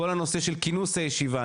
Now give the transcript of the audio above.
כל הנושא של כינוס הישיבה,